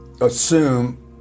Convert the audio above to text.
assume